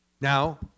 Now